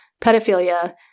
pedophilia